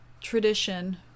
tradition